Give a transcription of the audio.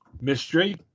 mystery